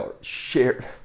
shared